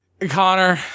Connor